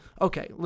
okay